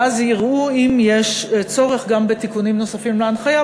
ואז יראו אם יש צורך גם בתיקונים נוספים להנחיה,